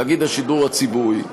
תאגיד השידור הציבורי,